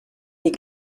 die